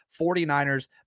49ers